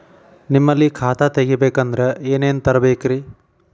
ನಿಮ್ಮಲ್ಲಿ ಖಾತಾ ತೆಗಿಬೇಕಂದ್ರ ಏನೇನ ತರಬೇಕ್ರಿ?